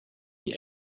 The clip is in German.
die